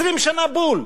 20 שנה בול.